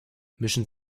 mischen